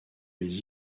les